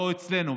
לא אצלנו,